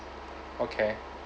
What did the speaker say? okay